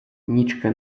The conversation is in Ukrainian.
нічки